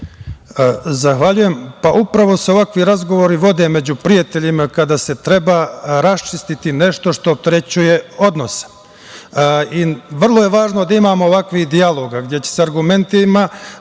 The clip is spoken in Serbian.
Zahvaljujem. Upravo se ovakvi razgovori vode među prijateljima kada se treba raščistiti nešto što opterećuje odnose. Vrlo je važno da imao ovakvih dijaloga gde će se argumentima